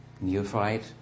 neophyte